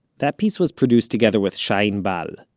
that piece was produced together with shai inbal.